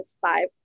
five